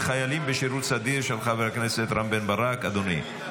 בשירות סדיר, של חבר הכנסת רם בן ברק, אדוני.